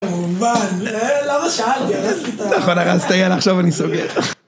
למה שאלתי? הרסתי את הרסתי. נכון, הרסת, יאללה עכשיו אני סוגר..